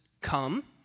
come